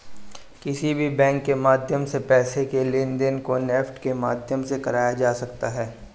किसी भी बैंक के माध्यम से पैसे के लेनदेन को नेफ्ट के माध्यम से कराया जा सकता है